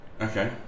Okay